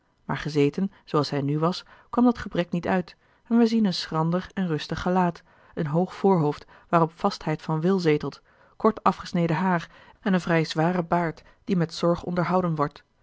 maar gezeten zooals hij nu was kwam dat gebrek niet uit en wij zien een schrander en rustig gelaat een hoog voorhoofd waarop vastheid van wil zetelt kort afgesneden haar en een vrij zwaren baard die met zorg onderhouden wordt